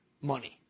Money